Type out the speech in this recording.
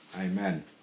Amen